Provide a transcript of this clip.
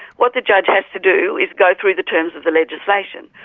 what the judge has to do is go through the terms of the legislation.